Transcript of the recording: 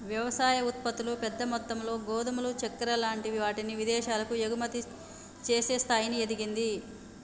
వ్యవసాయ ఉత్పత్తులు పెద్ద మొత్తములో గోధుమలు చెక్కర లాంటి వాటిని విదేశాలకు ఎగుమతి చేసే స్థాయికి ఎదిగింది